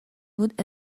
بود